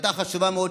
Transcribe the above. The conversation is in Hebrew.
החלטה חשובה מאוד,